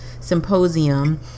Symposium